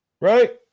right